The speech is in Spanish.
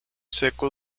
seco